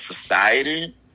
society